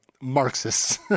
Marxists